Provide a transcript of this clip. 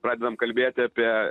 pradedam kalbėti apie